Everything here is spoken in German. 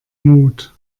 mut